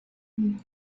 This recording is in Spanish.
niño